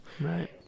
Right